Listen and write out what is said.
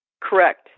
Correct